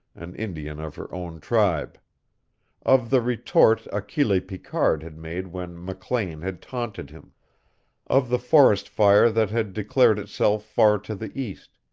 an indian of her own tribe of the retort achille picard had made when maclane had taunted him of the forest fire that had declared itself far to the east,